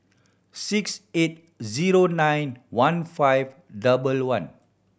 six eight zero nine one five double one